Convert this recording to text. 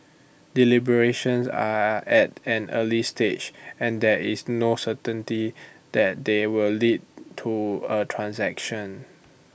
deliberations are at an early stage and there is no certainty that they will lead to A transaction